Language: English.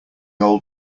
old